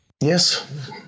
Yes